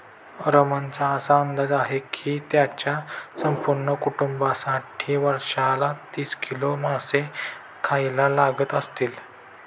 रमणचा असा अंदाज आहे की त्याच्या संपूर्ण कुटुंबासाठी वर्षाला तीस किलो मासे खायला लागत असतील